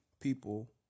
people